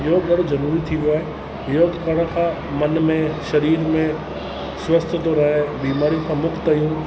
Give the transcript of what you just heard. योगु ॾाढो ज़रूरी थी वियो आहे योगु करण खां मन में शरीर में स्वस्थ थो रहे बीमारियुनि खां मुक्ति आहियूं